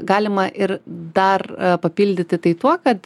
galima ir dar papildyti tai tuo kad